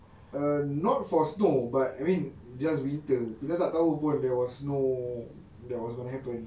err not for snow but I mean just winter kita tak tahu pun there was snow that was gonna happen